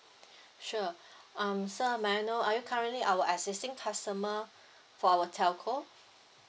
sure um sir may I know are you currently our existing customer for our telco